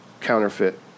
counterfeit